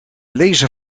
lezer